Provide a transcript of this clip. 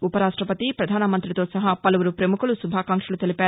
ఉపరాష్టపతి ప్రధానమంతితో సహా పలువురు ప్రముఖులు శుభాకాంక్షలు తెలిపారు